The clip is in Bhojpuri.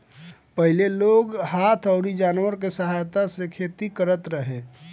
पहिले लोग हाथ अउरी जानवर के सहायता से खेती करत रहे